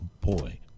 boy